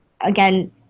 Again